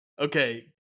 Okay